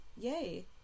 yay